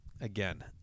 again